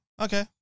Okay